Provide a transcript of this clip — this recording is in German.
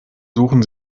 suchen